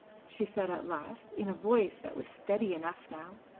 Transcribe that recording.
she said at last, in a voice that was steady enough now,